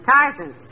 Tarzan